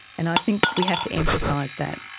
and i think we have to emphasise that.